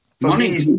Money